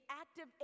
active